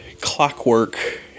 clockwork